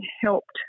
helped